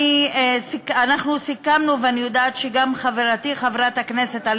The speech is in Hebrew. אנחנו מדברים על צווי הגנה שבדרך כלל מוצאים נגד אנשים